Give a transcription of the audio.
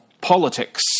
politics